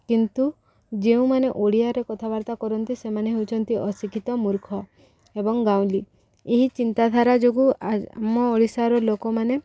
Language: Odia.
କିନ୍ତୁ ଯେଉଁମାନେ ଓଡ଼ିଆରେ କଥାବାର୍ତ୍ତା କରନ୍ତି ସେମାନେ ହେଉଛନ୍ତି ଅଶିକ୍ଷିତ ମୂର୍ଖ ଏବଂ ଗାଉଁଲି ଏହି ଚିନ୍ତାଧାରା ଯୋଗୁଁ ଆମ ଓଡ଼ିଶାର ଲୋକମାନେ